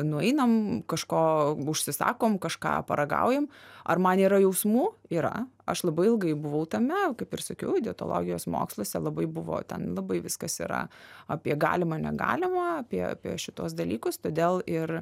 nueinam kažko užsisakom kažką paragaujam ar man yra jausmų yra aš labai ilgai buvau tame kaip ir sakiau dietologijos moksluose labai buvo ten labai viskas yra apie galima negalima apie apie šituos dalykus todėl ir